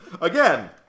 again